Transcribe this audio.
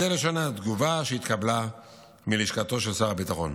זו לשון התגובה שהתקבלה מלשכתו של שר הביטחון: